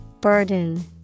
Burden